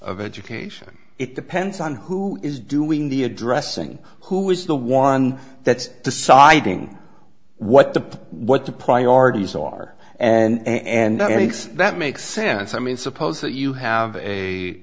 of education it depends on who is doing the addressing who is the one that's deciding what the what the priorities are and i think that makes sense i mean suppose that you have a